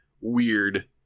weird